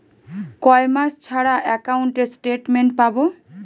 কয় মাস ছাড়া একাউন্টে স্টেটমেন্ট পাব?